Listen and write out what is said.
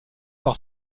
par